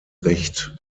recht